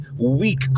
weak